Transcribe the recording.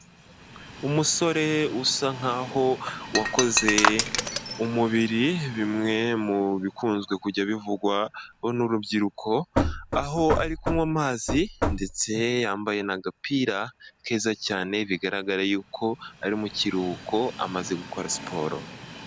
Umusore usa nkaho wakoze umubiri bimwe mu bikunze kujya bivugwa, bona urubyiruko aho ari kunywa amazi ndetse yambaye agapira keza cyane bigaragara yuko ari mu kiruhuko amaze gukora siporo.